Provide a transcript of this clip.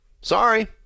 Sorry